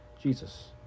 Jesus